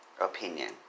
opinion